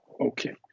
Okay